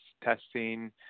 testing